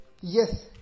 Yes